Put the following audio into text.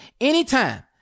anytime